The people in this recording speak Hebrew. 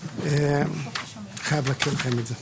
אני חייב להקריא לכם את זה: